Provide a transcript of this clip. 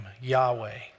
Yahweh